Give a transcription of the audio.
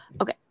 Okay